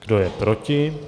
Kdo je proti?